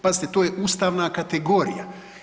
Pazite, to je ustavna kategorija.